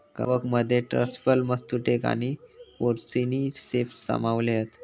कवकमध्ये truffles, matsutake आणि porcini ceps सामावले हत